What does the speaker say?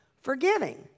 forgiving